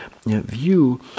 view